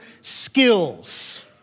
skills